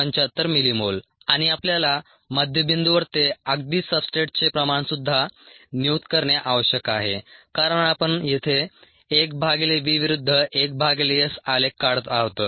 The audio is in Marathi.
75 mM आणि आपल्याला मध्य बिंदूवर ते अगदी सब्सट्रेटचे प्रमाणसुद्धा नियुक्त करणे आवश्यक आहे कारण आपण येथे 1 भागिले v विरुद्ध 1 भागिले s आलेख काढत आहोत